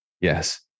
yes